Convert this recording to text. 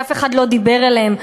ואף אחד לא דיבר אליהם,